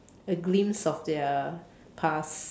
a glimpse of their past